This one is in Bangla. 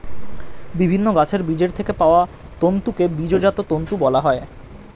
বিভিন্ন গাছের বীজের থেকে পাওয়া তন্তুকে বীজজাত তন্তু বলা হয়